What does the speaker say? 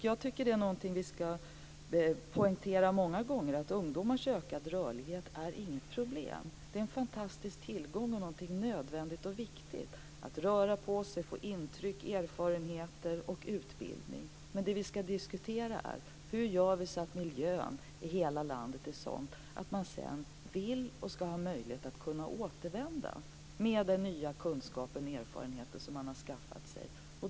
Jag tycker att någonting som vi ska poängtera många gånger är att ungdomars ökade rörlighet inte är något problem utan en fantastisk tillgång och något nödvändigt och viktigt: att få röra på sig, få intryck, erfarenheter och utbildning. Men det som vi ska diskutera är hur vi kan göra så att miljön i hela landet är sådan att man sedan vill och ska ha möjlighet att återvända med den nya kunskap och erfarenhet som man har skaffat sig.